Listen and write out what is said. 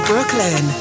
Brooklyn